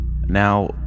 now